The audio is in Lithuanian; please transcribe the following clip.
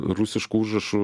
rusiškų užrašų